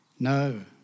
No